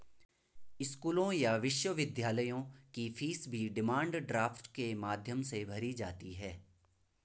स्कूलों या विश्वविद्यालयों की फीस भी डिमांड ड्राफ्ट के माध्यम से भरी जाती है